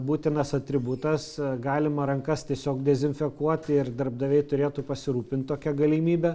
būtinas atributas galima rankas tiesiog dezinfekuot ir darbdaviai turėtų pasirūpint tokia galimybe